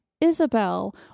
isabel